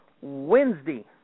Wednesday